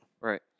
right